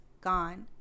gone